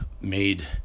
made